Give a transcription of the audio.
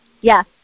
Yes